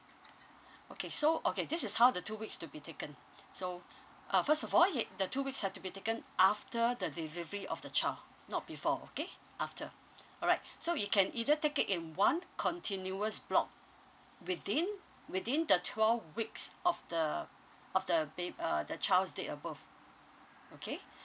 okay so okay this is how the two weeks to be taken so uh first of all he the two weeks have to be taken after the delivery of the child not before okay after alright so he can either take it in one continuous block within within the twelve weeks of the of the ba~ uh the child's date of birth okay